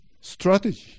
strategy